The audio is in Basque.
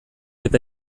eta